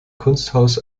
kunsthaus